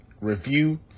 review